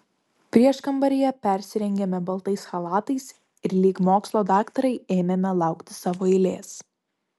prieškambaryje persirengėme baltais chalatais ir lyg mokslo daktarai ėmėme laukti savo eilės